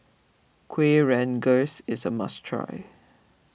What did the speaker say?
Kuih Rengas is a must try